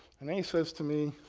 and then he says to me,